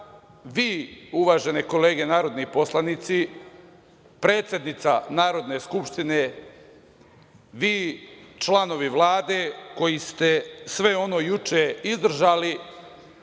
vi uvažene kolege narodni poslanici, predsednica Narodne skupštine, vi članovi Vlade koji ste sve ono juče izdržali.